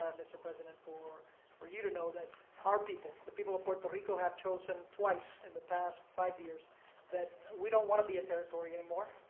mr. president, for for you to know that our people, the people of puerto rico, have chosen twice in the past five years that we don't want to be a territory anymore.